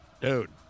Dude